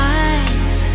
eyes